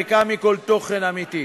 ריקה מכל תוכן אמיתי.